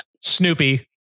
snoopy